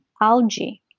algae